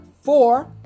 four